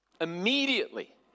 immediately